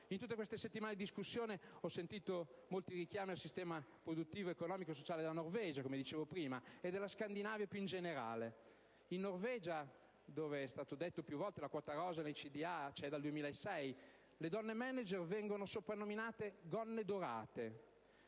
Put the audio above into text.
In queste settimane di discussione ho sentito molti richiami al sistema produttivo, economico e sociale della Norvegia - come dicevo prima - e della Scandinavia, più in generale. In Norvegia dove - come è più volte stato ricordato - le quote rosa nei CDA esistono dal 2006, le donne *manager* vengono soprannominate «gonne dorate»